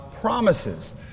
promises